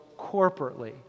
corporately